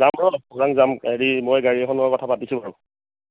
যাম ৰহ ওৰাং যাম হেৰি মই গাড়ী এখনৰ লগত কথা পাতিছোঁ বাৰু